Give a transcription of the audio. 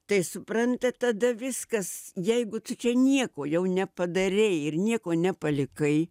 tai suprantat tada viskas jeigu tu čia nieko jau nepadarei ir nieko nepalikai